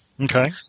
Okay